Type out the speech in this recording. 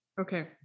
Okay